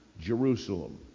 Jerusalem